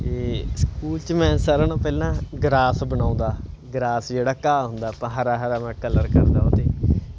ਅਤੇ ਸਕੂਲ 'ਚ ਮੈਂ ਸਾਰਿਆਂ ਨਾਲੋਂ ਪਹਿਲਾਂ ਗਰਾਸ ਬਣਾਉਂਦਾ ਗਰਾਸ ਜਿਹੜਾ ਘਾਹ ਹੁੰਦਾ ਆਪਾਂ ਹਰਾ ਹਰਾ ਮੈਂ ਕਲਰ ਕਰਦਾ ਉਹ 'ਤੇ